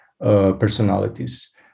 personalities